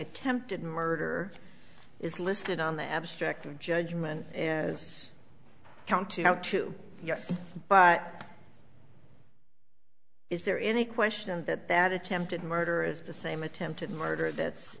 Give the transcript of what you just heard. attempted murder is listed on the abstract judgment as count two no two yes but is there any question that that attempted murder is the same attempted murder that's